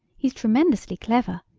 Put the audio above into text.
he's tremendously clever.